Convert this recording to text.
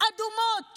אדומות